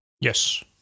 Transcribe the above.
Yes